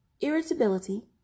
irritability